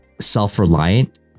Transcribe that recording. self-reliant